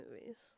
movies